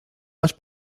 más